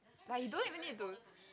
like you don't even need to